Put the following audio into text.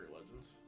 legends